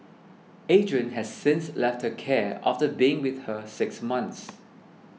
Adrian has since left care after being with her six months